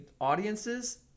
audiences